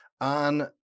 on